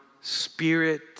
spirit